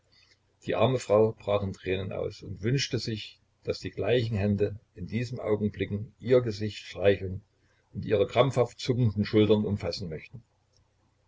die arme frau brach in tränen aus und wünschte sich daß die gleichen hände in diesen augenblicken ihr gesicht streicheln und ihre krampfhaft zuckenden schultern umfassen möchten